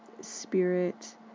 spirit